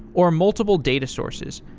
or multiple data sources.